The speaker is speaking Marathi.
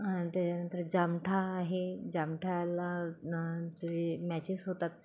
अन् त्याच्यानंतर जामठा आहे जामठा्याला जे मॅचेस होतात